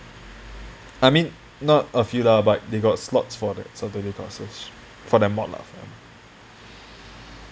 I mean not a few lah but they got slots for that saturday classes for that mod lah for that mod